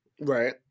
Right